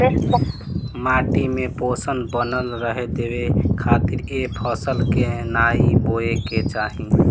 माटी में पोषण बनल रहे देवे खातिर ए फसल के नाइ बोए के चाही